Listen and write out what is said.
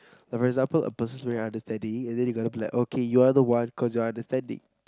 a very example a person who very hard to study and then you gonna play okay you're the one because you are understand it